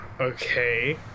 Okay